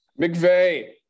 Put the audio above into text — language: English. McVeigh